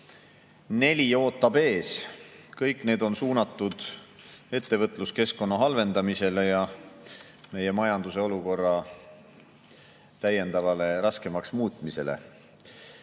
neli ootab ees. Kõik need on suunatud ettevõtluskeskkonna halvendamisele ja meie majanduse olukorra täiendavalt raskemaks muutmisele.